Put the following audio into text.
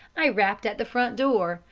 i rapped at the front door,